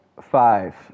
five